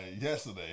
Yesterday